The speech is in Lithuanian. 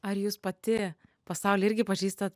ar jūs pati pasaulį irgi pažįsta